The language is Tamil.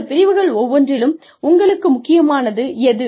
இந்த பிரிவுகள் ஒவ்வொன்றிலும் உங்களுக்கு முக்கியமானது எது